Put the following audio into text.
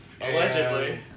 Allegedly